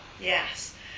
Yes